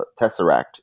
Tesseract